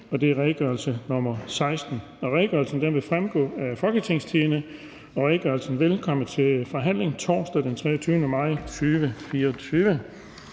2024. (Redegørelse nr. R 16). Redegørelsen vil fremgå af www.folketingstidende.dk. Redegørelsen vil komme til forhandling torsdag den 23. maj 2024.